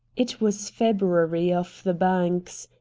it was february off the banks,